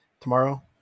tomorrow